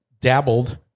dabbled